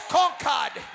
conquered